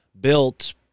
built